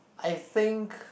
I think